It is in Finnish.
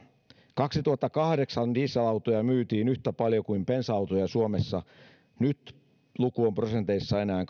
kaksituhattakahdeksan dieselautoja myytiin yhtä paljon kuin bensa autoja suomessa nyt luku on prosenteissa enää